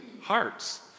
hearts